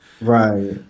Right